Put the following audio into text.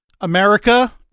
America